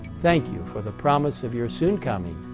thank you for the promise of your soon coming,